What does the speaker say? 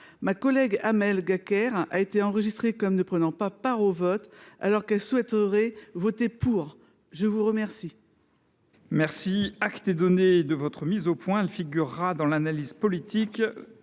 ma collègue Amel Gacquerre a été enregistrée comme ne prenant pas part au vote alors qu’elle souhaitait voter pour. Acte vous est